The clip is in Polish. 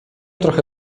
trochę